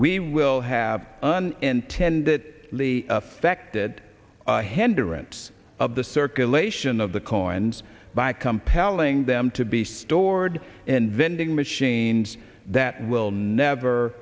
we will have un intend that lee affected hinderance of the circulation of the coins by compelling them to be stored in vending machines that will never